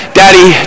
daddy